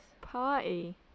Party